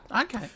Okay